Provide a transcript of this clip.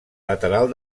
lateral